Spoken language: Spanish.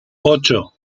ocho